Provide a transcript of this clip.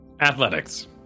Athletics